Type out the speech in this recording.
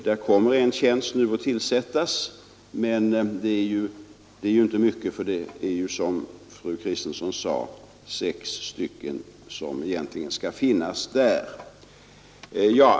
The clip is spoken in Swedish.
Där kommer en tjänst att tillsättas nu, men detta är ju inte mycket eftersom det, som fru Kristensson sade, skall finnas sex tjänster där.